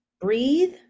breathe